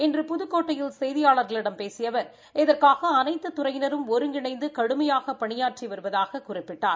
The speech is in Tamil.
இன்று புதுக்கோட்டையில் செய்தியாளர்களிடம் பேசிய அவர் இதற்காக அனைத்து துறையினரும் ஒருங்கிணைந்து கடுமையாக பணியாற்றி வருவதாகக் குறிப்பிட்டார்